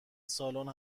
سالن